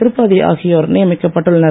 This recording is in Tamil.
திரிபாதி ஆகியோர் நியமிக்கப் பட்டுள்ளனர்